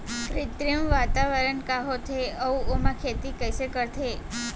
कृत्रिम वातावरण का होथे, अऊ ओमा खेती कइसे करथे?